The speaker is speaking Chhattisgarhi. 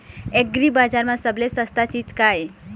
एग्रीबजार म सबले सस्ता चीज का ये?